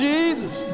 Jesus